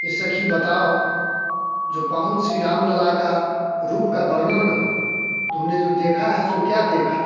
कि सखी बताओ जो पाहून श्री राम लला का रूप का वर्णन करो तुम ने जो देखा है सो क्या देखा